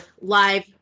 live